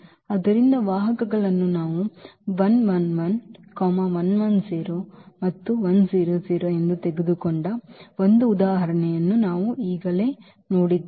ಆದ್ದರಿಂದ ವಾಹಕಗಳನ್ನು ಎಂದು ತೆಗೆದುಕೊಂಡ ಒಂದು ಉದಾಹರಣೆಯನ್ನು ನಾವು ಈಗಾಗಲೇ ನೋಡಿದ್ದೇವೆ